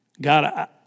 God